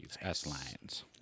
S-Lines